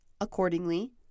Accordingly